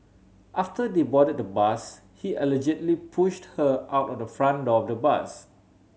after they boarded the bus he allegedly pushed her out of the front door of the bus